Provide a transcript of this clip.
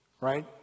right